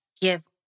give